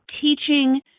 teaching